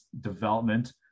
development